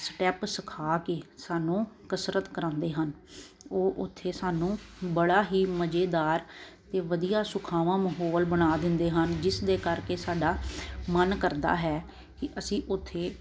step ਸਿਖਾ ਕੇ ਸਾਨੂੰ ਕਸਰਤ ਕਰਵਾਉਂਦੇ ਹਨ ਉਹ ਉੱਥੇ ਸਾਨੂੰ ਬੜਾ ਹੀ ਮਜ਼ੇਦਾਰ ਅਤੇ ਵਧੀਆ ਸੁਖਾਵਾਂ ਮਾਹੌਲ ਬਣਾ ਦਿੰਦੇ ਹਨ ਜਿਸ ਦੇ ਕਰਕੇ ਸਾਡਾ ਮਨ ਕਰਦਾ ਹੈ ਕਿ ਅਸੀਂ ਉੱਥੇ